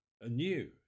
anew